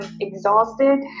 exhausted